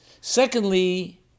Secondly